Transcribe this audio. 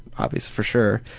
obviously, for sure,